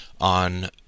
on